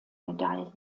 medaille